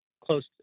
close